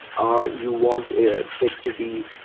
or you want it it to be,